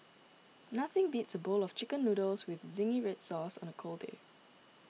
nothing beats a bowl of Chicken Noodles with Zingy Red Sauce on a cold day